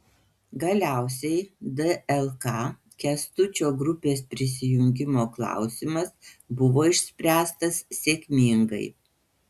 galiausiai dlk kęstučio grupės prisijungimo klausimas buvo išspręstas sėkmingai